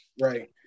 Right